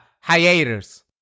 hiatus